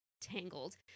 tangled